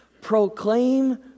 proclaim